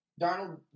Darnold